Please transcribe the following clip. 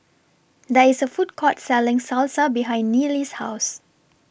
There IS A Food Court Selling Salsa behind Neely's House